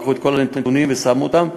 לקחו את כל הנתונים ושמו אותם,